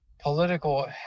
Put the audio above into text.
political